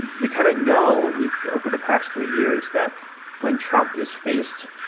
and we kind of know we've over the past three years that when trump is faced